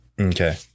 Okay